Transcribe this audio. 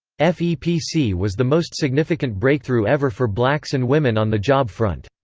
fepc was the most significant breakthrough ever for blacks and women on the job front.